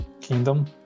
kingdom